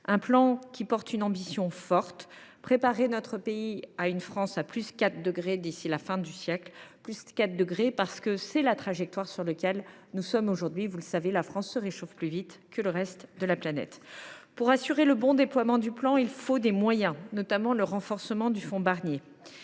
un plan qui porte une ambition forte : préparer notre pays à une France à +4 degrés d’ici à la fin du siècle, car c’est la trajectoire sur laquelle nous sommes aujourd’hui. Vous le savez, la France se réchauffe plus vite que le reste de la planète. Pour assurer le bon déploiement du plan, il faut des moyens, ce qui passe notamment par le renforcement du fonds Barnier.